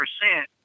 percent